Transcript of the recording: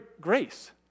grace